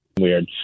weird